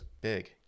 Big